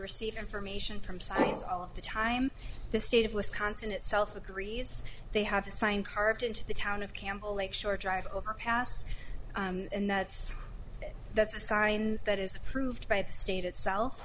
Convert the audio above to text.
receive information from sites all of the time the state of wisconsin itself agrees they have to sign carved into the town of campbell lake shore drive overpass and that's that's a sign that is approved by the state itself